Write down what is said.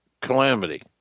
calamity